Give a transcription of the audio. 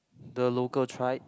the local tribe